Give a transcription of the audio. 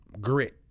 grit